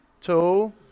two